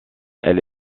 elle